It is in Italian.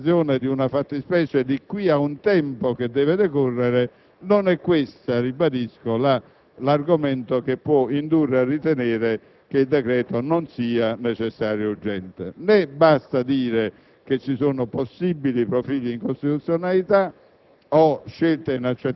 per la realizzazione di una fattispecie di qui ad un tempo che deve decorrere, non è argomento che possa indurre a ritenere che il decreto non sia necessario ed urgente; né basta affermare che ci sono possibili profili di incostituzionalità